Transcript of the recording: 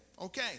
Okay